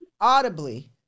audibly